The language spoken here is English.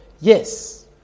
Yes